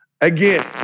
Again